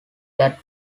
that